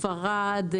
ספרד,